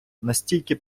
настільки